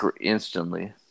instantly